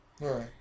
Right